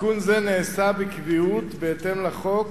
עדכון זה נעשה בקביעות בהתאם לחוק